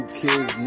kids